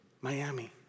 Miami